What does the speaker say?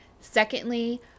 secondly